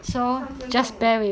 三分钟